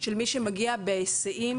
של מי שמגיע בהיסעים